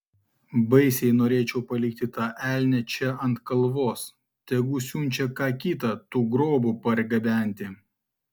baisiai norėčiau palikti tą elnią čia ant kalvos tegu siunčia ką kitą tų grobų pargabenti